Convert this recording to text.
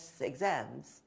exams